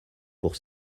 pour